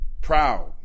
Proud